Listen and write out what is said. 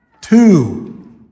two